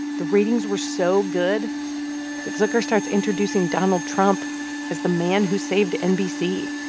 the ratings were so good that zucker starts introducing donald trump as the man who saved nbc.